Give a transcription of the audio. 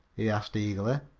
he asked eagerly.